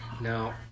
No